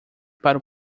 para